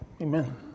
amen